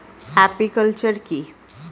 Apiculture কি?